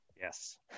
Yes